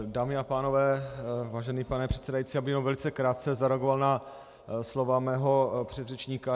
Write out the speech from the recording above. Dámy a pánové, vážený pane předsedající, já bych jenom velice krátce zareagoval na slova svého předřečníka.